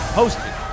hosted